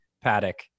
Paddock